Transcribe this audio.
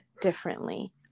differently